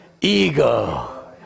ego